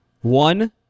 One